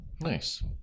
nice